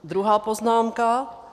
Druhá poznámka.